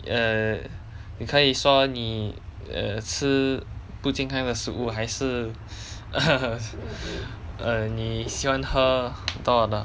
err 你可以说你 err 吃不健康的食物还是 err 你喜欢喝的